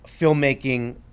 filmmaking